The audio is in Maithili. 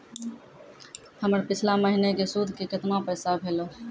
हमर पिछला महीने के सुध के केतना पैसा भेलौ?